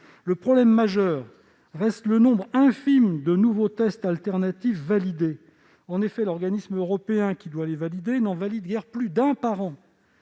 Le problème majeur reste le nombre infime de nouveaux tests alternatifs validés. En effet, l'organisme européen chargé de la validation n'en valide guère plus d'un par an.